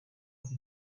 sie